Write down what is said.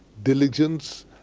diligence,